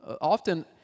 Often